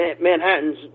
Manhattan's